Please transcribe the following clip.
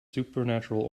supernatural